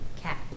CAT